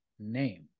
name